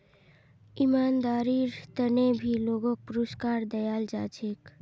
ईमानदारीर त न भी लोगक पुरुस्कार दयाल जा छेक